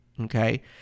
okay